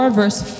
verse